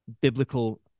biblical